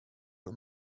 her